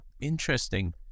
interesting